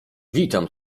witam